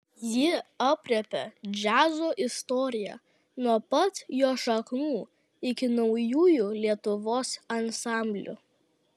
ji aprėpia džiazo istoriją nuo pat jo šaknų iki naujųjų lietuvos ansamblių